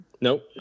nope